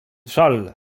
szal